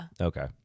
Okay